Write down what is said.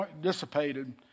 dissipated